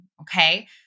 okay